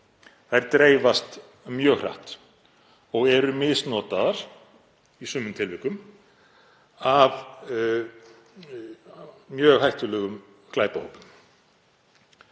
dreifast mjög hratt og eru misnotaðar í sumum tilvikum af mjög hættulegum glæpahópum.